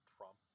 Trump